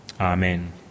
Amen